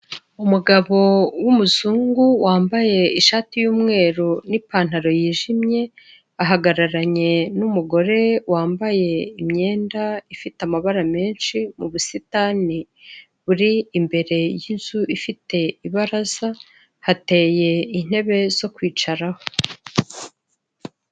Umugabo w'umuzungu wambaye ishati y'umweru n'ipantaro yijimye, ahagararanye n'umugore wambaye imyenda ifite amabara menshi, mu busitani buri imbere yinzu ifite ibaraza, hateye intebe zo kwicaraho.